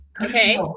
okay